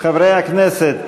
חברי הכנסת,